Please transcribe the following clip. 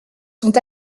sont